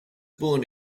born